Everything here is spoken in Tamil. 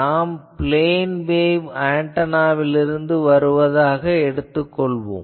நாம் பிளேன் வேவ் ஆன்டெனாவிலிருந்து வருவதாக எடுத்துக் கொள்கிறோம்